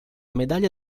medaglia